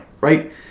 right